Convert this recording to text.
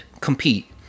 compete